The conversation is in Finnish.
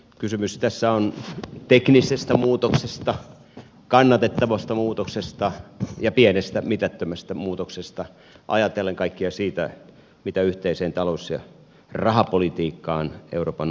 kysymys tässä on teknisestä muutoksesta kannatettavasta muutoksesta ja pienestä mitättömästä muutoksesta ajatellen kaikkea sitä mitä yhteiseen talous ja rahapolitiikkaan euroopan unionissa tulee